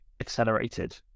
accelerated